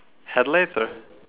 had laser